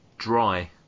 Dry